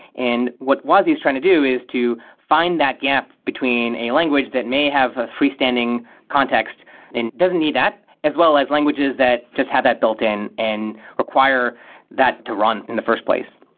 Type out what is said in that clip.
what wasi is trying to do is to find that gap between a language that may have a free-standing context and doesn't need that, as well as languages that just have that built in and require that to run in the first place.